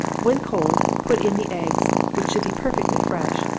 when cold, put in the eggs, which should be perfectly fresh,